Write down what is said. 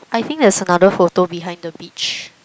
I think there's another photo behind the beach